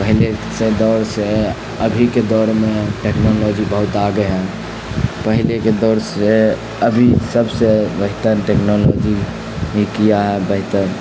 پہلے سے دور سے ابھی کے دور میں ٹیکنالوجی بہت آگے ہیں پہلے کے دور سے ابھی سب سے بہتر ٹیکنالوجی ہی کیا ہے بہتر